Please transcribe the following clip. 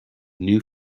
new